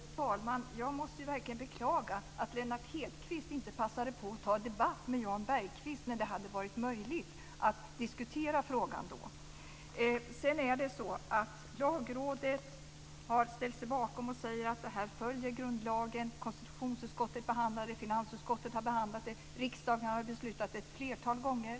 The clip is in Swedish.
Fru talman! Jag måste verkligen beklaga att Lennart Hedquist inte passade på att ta debatt med Jan Bergqvist när det hade varit möjligt att diskutera frågan. Sedan har faktiskt Lagrådet ställt sig bakom detta och sagt att det följer grundlagen. Konstitutionsutskottet har behandlat det, finansutskottet har behandlat det och riksdagen har beslutat om det ett flertal gånger.